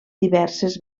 diverses